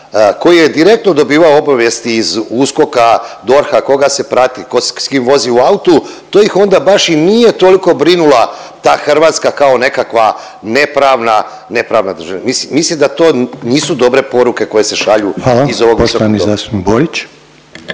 koji je direktno dobivao obavijesti iz USKOK-a, DORH-a koga se prati, ko se s kim vozi u autu to ih onda baš i nije toliko brinula ta Hrvatska kao nekakva nepravna, nepravna država. Mislim da to nisu dobre poruke koje se šalju …/Upadica Reiner: Hvala./… iz ovog visokog doma.